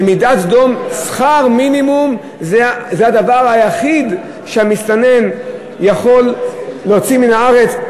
במידת סדום: שכר מינימום זה הדבר היחיד שהמסתנן יכול להוציא מן הארץ,